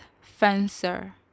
fencer